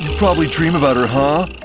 probably dream about her, huh?